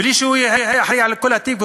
בלי שהוא יהיה אחראי לכל התיק,